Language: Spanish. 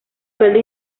suelo